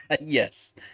yes